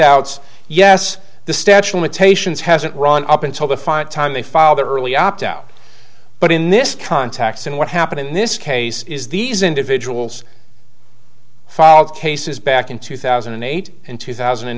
outs yes the statue of stations hasn't run up until the fine time they file their early opt out but in this context and what happened in this case is these individuals filed cases back in two thousand and eight and two thousand and